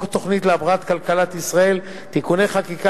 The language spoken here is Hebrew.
לחוק התוכנית להבראת כלכלת ישראל (תיקוני חקיקה